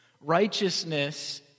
Righteousness